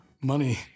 money